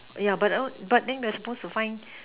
yeah but all but then we are suppose to find